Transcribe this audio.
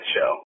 show